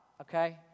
okay